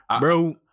Bro